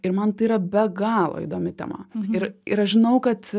ir man tai yra be galo įdomi tema ir ir aš žinau kad